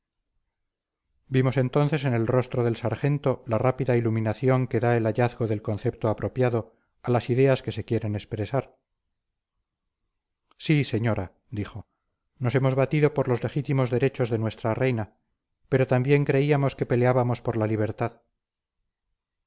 vimos entonces en el rostro del sargento la rápida iluminación que da el hallazgo del concepto apropiado a las ideas que se quieren expresar sí señora dijo nos hemos batido por los legítimos derechos de nuestra reina pero también creíamos que peleábamos por la libertad